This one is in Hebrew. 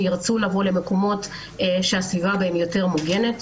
שירצו לבוא למקומות שהסביבה בהן יותר מוגנת.